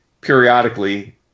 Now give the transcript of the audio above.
periodically